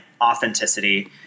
authenticity